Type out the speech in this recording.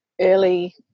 early